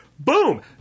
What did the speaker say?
Boom